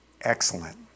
Excellent